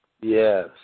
Yes